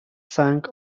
sank